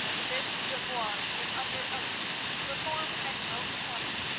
this devoir he is under oath to perform and will perform it,